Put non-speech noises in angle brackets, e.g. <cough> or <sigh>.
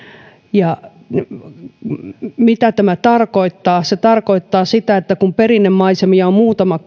mitä tämä tarkoittaa se tarkoittaa sitä että kun perinnemaisemia on muutama <unintelligible>